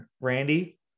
Randy